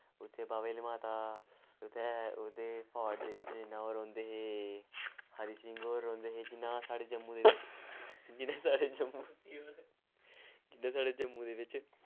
उत्थें बाह्वे आह्ली माता उत्थें ओह्दे फोट दे बिच्च जियां ओह् रौंह्दे हे हरि सिंह् होर रौंह्दे हे जियां साढ़े जम्मू दे बिच्च जियां साढ़े जम्मू दे बिच्च जियां साढ़े जम्मू दे बिच्च